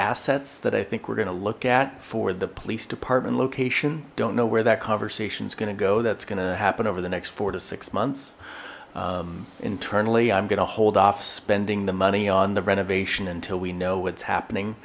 assets that i think we're gonna look at for the police department location don't know where that conversations gonna go that's gonna happen over the next four to six months internally i'm gonna hold off spending the money on the renovation until we know what's happening